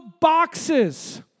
boxes